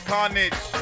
Carnage